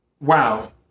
Wow